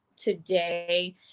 Today